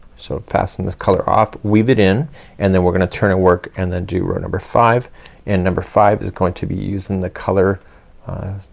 so fasten this color off, weave it in and then we're gonna turn our work and then do row number five and number five is going to be using the color